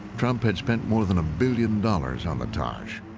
trump had spent more than a billion dollars on the taj.